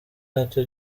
nacyo